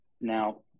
Now